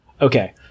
Okay